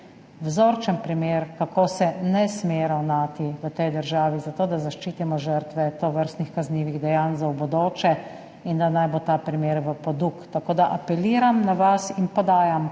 vzorčen primer, kako se ne sme ravnati v tej državi, zato da zaščitimo žrtve tovrstnih kaznivih dejanj za v bodoče, in naj bo ta primer v poduk. Tako da apeliram na vas in podajam